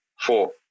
four